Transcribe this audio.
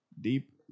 Deep